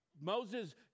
Moses